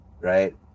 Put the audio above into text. Right